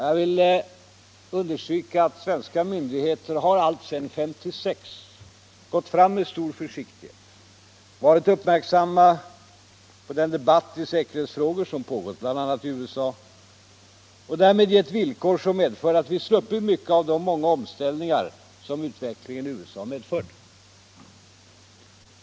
Jag vill understryka att svenska myndigheter alltsedan 1956 gått fram med stor försiktighet och varit uppmärksamma på den debatt i säkerhetsfrågor som pågått bl.a. i USA. Därför har vi sluppit många av de omställningar som utvecklingen i USA medfört.